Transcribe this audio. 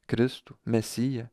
kristų mesiją